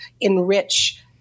enrich